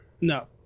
no